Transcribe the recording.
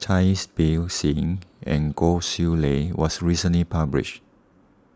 Cai Bixia and Goh Chiew Lye was recently published